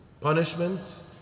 punishment